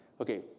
Okay